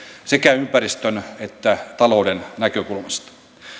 sekä ympäristön että talouden näkökulmasta